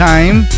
Time